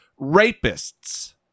rapists